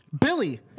Billy